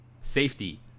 safety